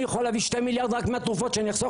אני יכול להביא שני מיליארד רק מהתרופות שאני אחסוך